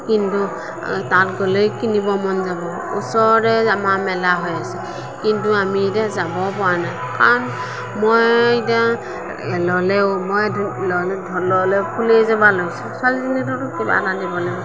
কিন্তু তাত গ'লেই কিনিব মন যাব ওচৰতে আমাৰ মেলা হৈ আছে কিন্তু আমি এতিয়া যাব পৰা নাই কাৰণ মই এতিয়া ল'লেও মই ল'লেও ফুলি এযোৰ বা লৈছোঁ ছোৱালীজনীলৈতো কিবা এটা নিব লাগিব